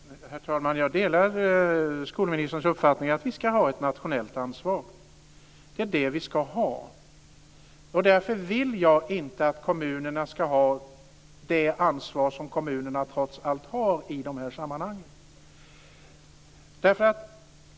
Herr talman! Jag delar skolministerns uppfattning om att vi ska ha ett nationellt ansvar. Det är det vi ska ha. Därför vill jag inte att kommunerna ska ha det ansvar som kommunerna trots allt har i dessa sammanhang.